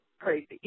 crazy